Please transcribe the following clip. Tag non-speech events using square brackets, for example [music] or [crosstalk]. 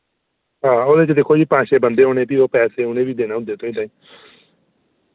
हां ओह्दे च दिक्खो जी पंज छे बंदे होने फ्ही ओ पैसे उ'नें बी देने होंदे [unintelligible]